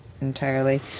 entirely